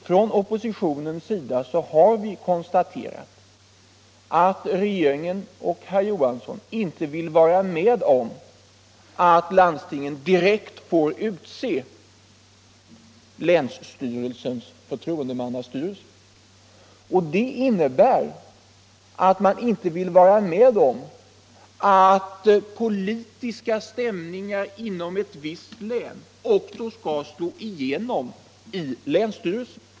Från oppositionens sida har vi konstaterat att regeringen och herr Johansson i Trollhättan inte vill vara med om att landstingen direkt får utse länsstyrelsens förtroendemannastyrelse. Det innebär att man inte vill vara med om att politiska stämningar inom ett visst län också skall slå igenom i länsstyrelsen.